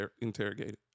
interrogated